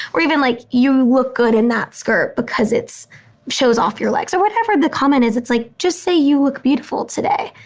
or even like you look good in that skirt because it's shows off your legs or whatever the comment is. it's like just say you look beautiful today,